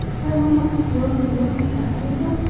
why, will not this world of yours be happier then?